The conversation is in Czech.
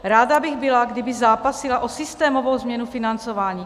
Ráda bych byla, kdyby zápasila o systémovou změnu financování.